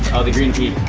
the green tea.